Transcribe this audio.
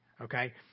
okay